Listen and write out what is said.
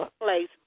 place